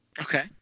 Okay